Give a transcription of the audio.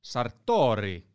Sartori